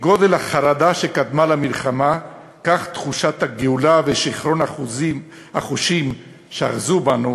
כגודל החרדה שקדמה למלחמה כך תחושת הגאולה ושיכרון החושים שאחזו בנו